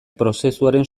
prozesuaren